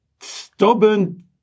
stubborn